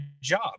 job